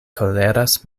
koleras